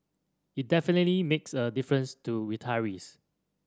it definitely makes a difference to retirees